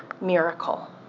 miracle